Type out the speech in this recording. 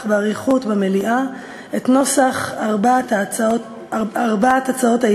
באריכות במליאה את נוסח ארבע הצעות האי-אמון,